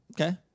Okay